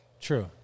True